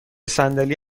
صندلی